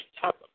top